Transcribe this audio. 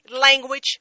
language